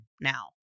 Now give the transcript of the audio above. now